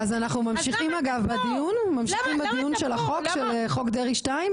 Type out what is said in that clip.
אז אנחנו ממשיכים בדיון של חוק דרעי 2?